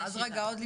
אוקיי.